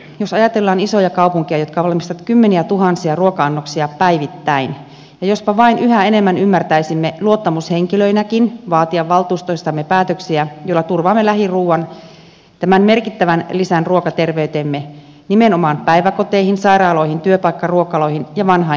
jos ajatellaan isoja kaupunkeja jotka valmistavat kymmeniätuhansia ruoka annoksia päivittäin niin jospa vain yhä enemmän ymmärtäisimme luottamushenkilöinäkin vaatia valtuustoistamme päätöksiä joilla turvaamme lähiruuan tämän merkittävän lisän ruokaterveyteemme nimenomaan päiväkoteihin sairaaloihin työpaikkaruokaloihin ja vanhainkoteihin